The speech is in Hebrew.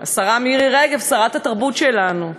השרה מירי רגב, שרת התרבות שלנו.